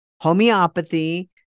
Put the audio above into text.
homeopathy